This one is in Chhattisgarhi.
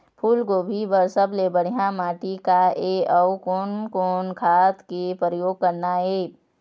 फूलगोभी बर सबले बढ़िया माटी का ये? अउ कोन कोन खाद के प्रयोग करना ये?